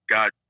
Got